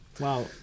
wow